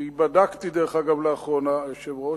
כי בדקתי, דרך אגב, לאחרונה, היושב-ראש,